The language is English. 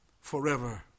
forever